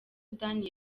sudani